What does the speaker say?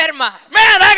man